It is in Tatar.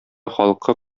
халкы